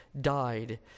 died